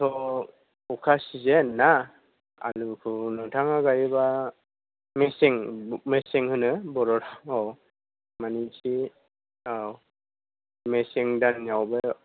औ अखा सिजन ना आलुखौ नोंथाङा गायोब्ला मेसें मेसें होनो बर'आव औ मोनसे औ मेसें दानावबो